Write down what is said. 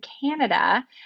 canada